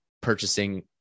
purchasing